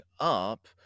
up